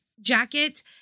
jacket